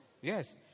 Yes